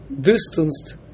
distanced